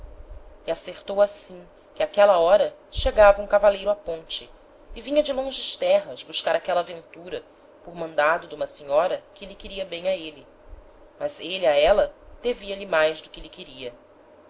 e acertou assim que áquela hora chegava um cavaleiro á ponte e vinha de longes terras buscar aquela aventura por mandado d'uma senhora que lhe queria bem a êle mas êle a éla devia lhe mais do que lhe queria